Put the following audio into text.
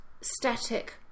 static